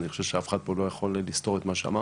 אני חושב שאף אחד פה לא יכול לסתור את מה שאמרתי,